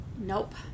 nope